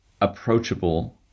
approachable